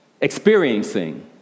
Experiencing